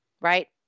right